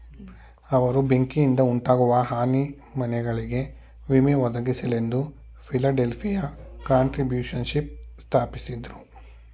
ಅವ್ರು ಬೆಂಕಿಯಿಂದಉಂಟಾಗುವ ಹಾನಿ ಮನೆಗಳಿಗೆ ವಿಮೆ ಒದಗಿಸಲೆಂದು ಫಿಲಡೆಲ್ಫಿಯ ಕಾಂಟ್ರಿಬ್ಯೂಶನ್ಶಿಪ್ ಸ್ಥಾಪಿಸಿದ್ರು